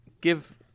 give